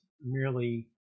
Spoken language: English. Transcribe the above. merely